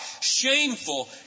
Shameful